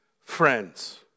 friends